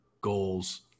goals